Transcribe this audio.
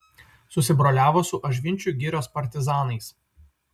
susibroliavo su ažvinčių girios partizanais